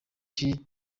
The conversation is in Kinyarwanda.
byinshi